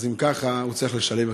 אם כך, הוא צריך לשלם יותר.